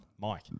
Mike